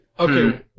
Okay